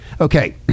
Okay